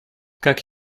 как